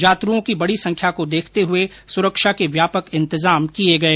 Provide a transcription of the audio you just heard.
जातरूओं की बड़ी संख्या को देखते हुए सुरक्षा के व्यापक इन्तजाम किए गए